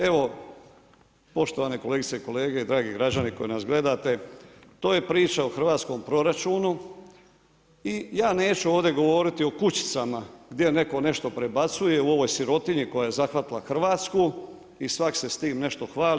Evo poštovane kolegice i kolege, dragi građani koji nas gledate to je priča o hrvatskom proračunu i ja neću ovdje govoriti o kućicama gdje netko nešto prebacuje u ovoj sirotinji koja je zahvatila Hrvatsku i svak se s tim nešto hvali.